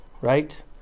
Right